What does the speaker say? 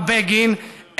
אמר בגין,